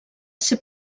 ser